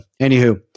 anywho